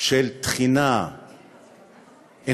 של תחינה אנושית